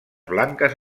blanques